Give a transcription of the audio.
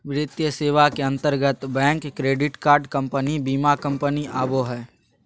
वित्तीय सेवा के अंतर्गत बैंक, क्रेडिट कार्ड कम्पनी, बीमा कम्पनी आवो हय